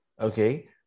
okay